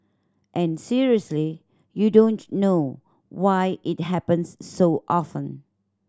and seriously you don't know why it happens so often